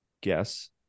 Guess